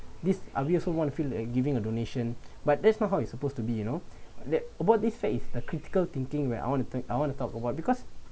this are we also want to feel that giving a donation but that's not how you supposed to be you know that what this fact is the critical thinking where I want to I want to talk about because